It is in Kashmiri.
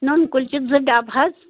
نُن کُلچہٕ زٕ ڈبہٕ حَظ